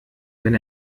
wenn